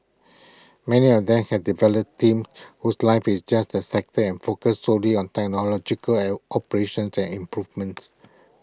many of them have developed teams whose life is just their sector and focus solely on technological L operations to and improvements